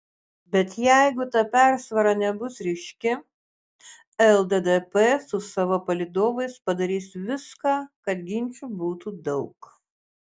bet jeigu ta persvara nebus ryški lddp su savo palydovais padarys viską kad ginčų būtų daug